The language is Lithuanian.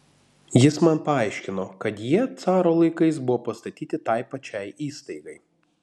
jis man paaiškino kad jie caro laikais buvo pastatyti tai pačiai įstaigai